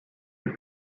più